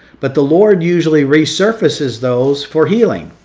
but the lord usually resurfaces those for healing.